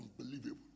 unbelievable